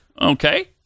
okay